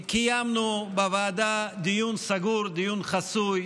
קיימנו בוועדה דיון סגור, דיון חסוי,